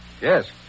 Yes